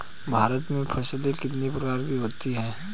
भारत में फसलें कितने प्रकार की होती हैं?